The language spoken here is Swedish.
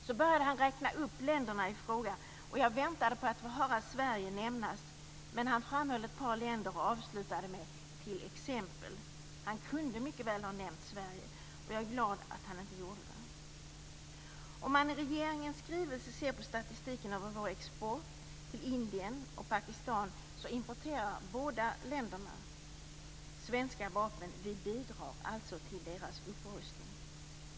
Så började han räkna upp länderna i fråga. Jag väntade på att få höra Sverige nämnas. Men han framhöll ett par länder och avslutade med "t.ex.". Han kunde mycket väl ha nämnt Sverige. Jag är glad att han inte gjorde det. I regeringens skrivelse ser man statistik över vår export till Indien och Pakistan. Båda länderna importerar svenska vapen. Vi bidrar alltså till deras upprustning.